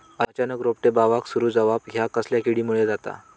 अचानक रोपटे बावाक सुरू जवाप हया कसल्या किडीमुळे जाता?